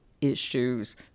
issues